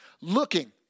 looking